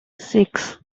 six